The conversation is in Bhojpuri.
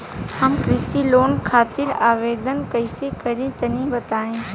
हम कृषि लोन खातिर आवेदन कइसे करि तनि बताई?